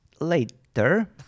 later